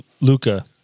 Luca